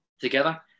together